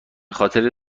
خاطر